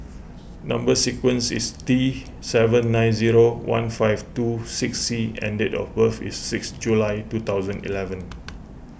Number Sequence is T seven nine zero one five two six C and date of birth is six July two thousand eleven